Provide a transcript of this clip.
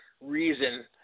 reason –